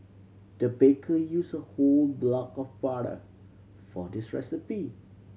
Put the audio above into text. the baker used a whole block of butter for this recipe